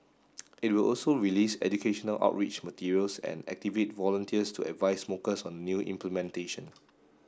it will also release educational outreach materials and activate volunteers to advise smokers on the new implementation